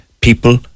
people